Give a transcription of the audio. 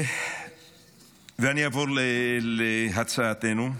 אני אעבור להצעתנו.